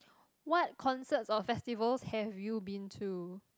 what concerts or festivals have you been to